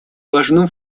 важным